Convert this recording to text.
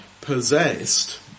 possessed